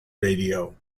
radio